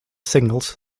singles